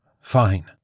Fine